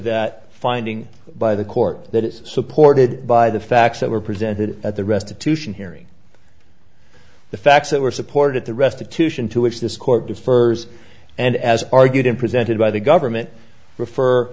that finding by the court that is supported by the facts that were presented at the restitution hearing the facts that were supported at the restitution to which this court defers and as argued in presented by the government refer